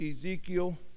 ezekiel